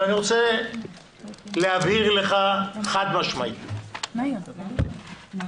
אבל אני רוצה להבהיר לך חד משמעית: לא יעלה לפה